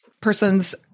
person's